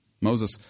Moses